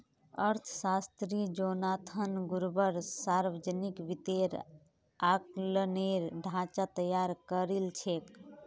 अर्थशास्त्री Jonathan Gruber सावर्जनिक वित्तेर आँकलनेर ढाँचा तैयार करील छेक